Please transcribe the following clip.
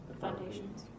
foundations